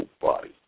body